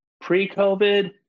pre-COVID